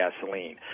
gasoline